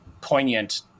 poignant